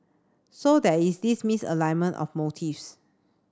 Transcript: so there is this misalignment of motives